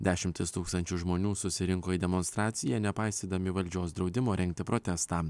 dešimtys tūkstančių žmonių susirinko į demonstraciją nepaisydami valdžios draudimo rengti protestą